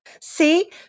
See